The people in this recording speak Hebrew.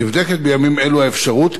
נבדקת בימים אלו האפשרות,